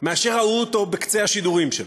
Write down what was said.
מאשר ראו אותו בקצה השידורים שלו.